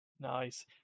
Nice